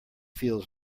feels